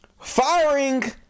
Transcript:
Firing